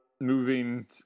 moving